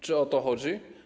Czy o to chodzi?